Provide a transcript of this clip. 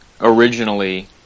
originally